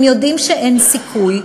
הם יודעים שאין סיכוי,